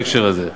בהקשר הזה?